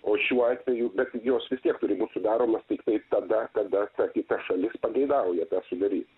o šiuo atveju bet jos vis tiek turi būt sudaromos tiktai tada kada ta kita šalis pageidauja tą sudarys